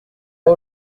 pas